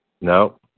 No